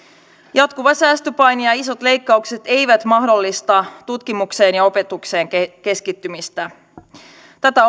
jatkuva säästöpaine ja ja isot leikkaukset eivät mahdollista tutkimukseen ja opetukseen keskittymistä tätä